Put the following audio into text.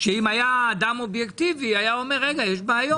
אם היה אדם אובייקטיבי, היה אומר, רגע, יש בעיות.